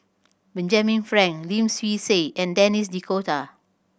Benjamin Frank Lim Swee Say and Denis D'Cotta